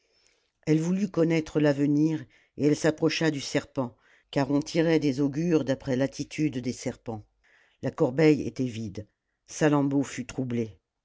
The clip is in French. elle voulut connaître l'avenir et elle s'approcha du serpent car on tirait des augures d'après l'attitude des serpents la corbeille était vide salammbô fut troublée